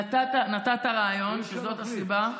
נתת רעיון שזאת הסיבה.